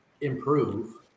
improve